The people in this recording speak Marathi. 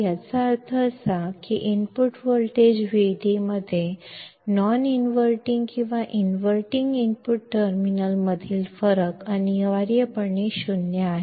याचा अर्थ असा की इनपुट व्होल्टेज व्हीडी मध्ये नॉन इनव्हर्टिंग आणि इनव्हर्टिंग इनपुट टर्मिनल्स मधील फरक अनिवार्यपणे ० आहे